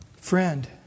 Friend